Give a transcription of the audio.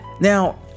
now